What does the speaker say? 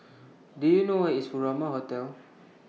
Do YOU know Where IS Furama Hotel